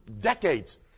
decades